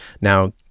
now